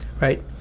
right